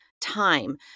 time